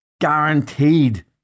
guaranteed